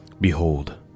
Behold